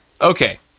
Okay